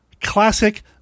classic